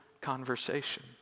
conversation